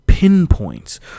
pinpoints